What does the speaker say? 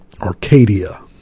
Arcadia